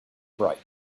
bright